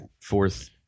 fourth